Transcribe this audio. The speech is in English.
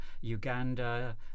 Uganda